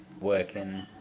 working